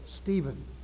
Stephen